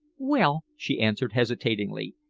well, she answered hesitatingly,